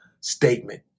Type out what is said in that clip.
statement